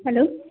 hello